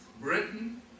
Britain